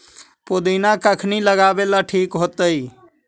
पुदिना कखिनी लगावेला ठिक होतइ?